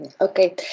Okay